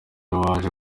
waje